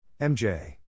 MJ